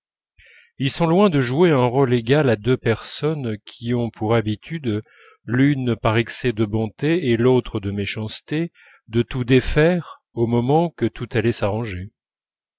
ils sont loin de jouer un rôle égal à deux personnes qui ont pour habitude l'une par excès de bonté et l'autre de méchanceté de tout défaire au moment que tout allait s'arranger